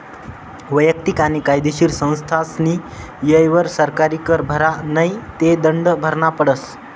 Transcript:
वैयक्तिक आणि कायदेशीर संस्थास्नी येयवर सरकारी कर भरा नै ते दंड भरना पडस